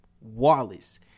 Wallace